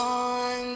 on